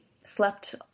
slept